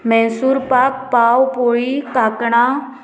मैसूर पाक पाव पोळी कांकणां